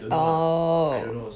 oh